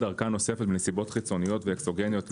ארכה נוספת מסיבות חיצוניות והטרוגניות,